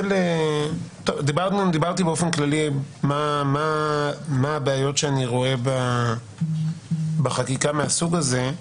אמרתי באופן כללי מה הבעיות שאני רואה בחקיקה מהסוג הזה.